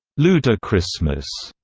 ludachristmas,